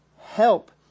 help